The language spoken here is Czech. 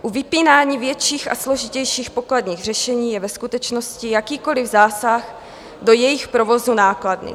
U vypínání větších a složitějších pokladních řešení je ve skutečnosti jakýkoliv zásah do jejich provozu nákladný.